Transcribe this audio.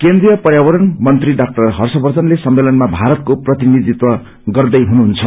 केन्द्रिय पर्यावरण मंत्री डा हर्षवर्थनले सम्मेलनमा भारतको प्रतिनिधितव गर्दै हुनुहुन्छ